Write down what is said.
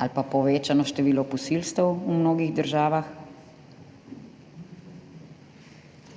ali pa povečano število posilstev v mnogih državah.